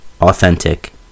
authentic